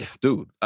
dude